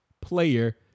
player